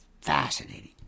fascinating